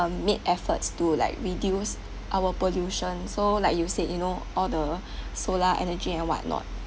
made efforts to like reduce our pollution so like you said you know all the solar energy and what not